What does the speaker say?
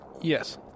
Yes